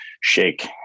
shake